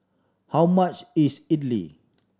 how much is Idly